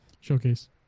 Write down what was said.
Showcase